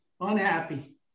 Unhappy